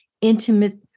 intimate